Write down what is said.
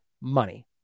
Money